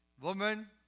woman